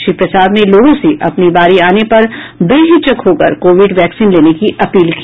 श्री प्रसाद ने लोगों से अपनी बारी आने पर बेहिचक हो कर कोविड वैक्सीन लेने की अपील की